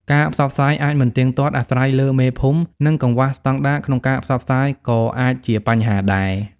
ការផ្សព្វផ្សាយអាចមិនទៀងទាត់ អាស្រ័យលើមេភូមិ និងកង្វះស្តង់ដារ ក្នុងការផ្សព្វផ្សាយក៏អាចជាបញ្ហាដែរ។